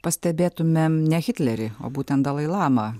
pastebėtumėm ne hitlerį o būtent dalai lamą